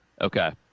okay